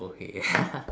okay ya